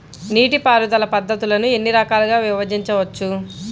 నీటిపారుదల పద్ధతులను ఎన్ని రకాలుగా విభజించవచ్చు?